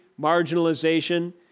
marginalization